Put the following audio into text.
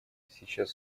сейчас